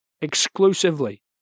exclusively